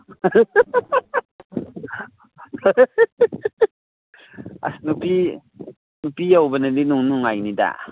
ꯑꯁ ꯅꯨꯄꯤ ꯅꯨꯄꯤ ꯌꯥꯎꯕꯅꯗꯤ ꯅꯨꯡ ꯅꯨꯡꯉꯥꯏꯅꯤꯗ